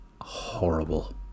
horrible